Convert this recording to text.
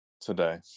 today